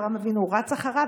ואברהם אבינו רץ אחריו,